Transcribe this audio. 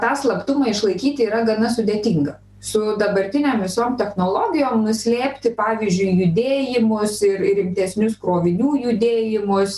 tą slaptumą išlaikyti yra gana sudėtinga su dabartinėm visom technologijom nuslėpti pavyzdžiui judėjimus ir ir rimtesnius krovinių judėjimus